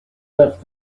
left